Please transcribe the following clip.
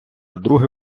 друге